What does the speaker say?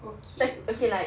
okay okay